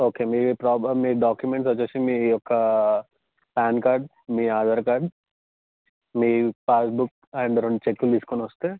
okay మీ problem మీ documents వచ్చేసి మీ యొక్క పాన్ కార్డ్ మీ ఆధార్ కార్డ్ మీ పాస్బుక్ అండ్ రెండు చెక్కులు తీసుకొని వస్తే